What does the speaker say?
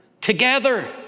together